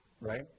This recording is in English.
right